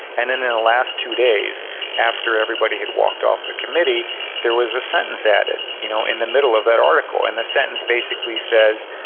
and then in the last two days after everybody had walked off the committee there was a sentence added you know in the middle of that article, and the sentence basically says,